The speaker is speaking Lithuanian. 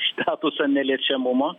statusą neliečiamumo